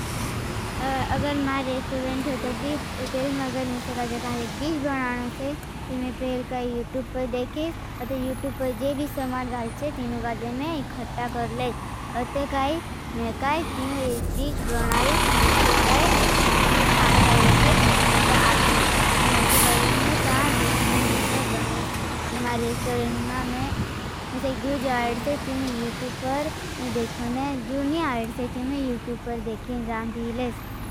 अगर मैं रेस्टोरेंट होता थी। तेरे में अगर मैं से काजे काजे डिज्ज बनाना से। ती मैं पहले काई यूट्यूप पर देखिस। और ती यूट्यूप पर जेवी समान गाल से। ती मैं रेस्टोरेंट में अगर मैं से काजे काजे डिज्ज बनाना से। ती मैं पहले काई यूट्यूप पर देखिस।